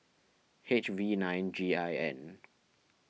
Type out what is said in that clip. H V nine G I N